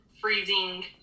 freezing